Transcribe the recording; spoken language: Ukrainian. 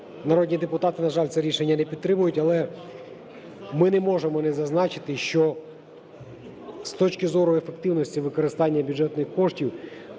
народні депутати, на жаль, це рішення не підтримують, але ми не можемо не зазначити, що з точки зору ефективності використання бюджетних коштів